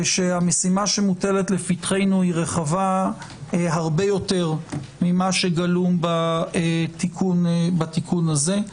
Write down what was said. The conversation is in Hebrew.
ושהמשימה שמוטלת לפתחנו היא רחבה הרבה יותר ממה שגלום בתיקון הזה.